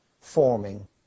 forming